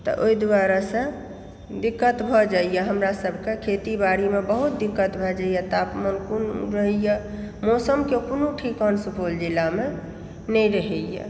तऽ ओहि दुआरे से दिक्कत भऽ जाइए हमरा सभके खेती बाड़ीमे बहुत दिक्कत भऽ जाइए तापमान कोन रहयए मौसमके कोनो ठिकान सुपौल जिलामे नहि रहयए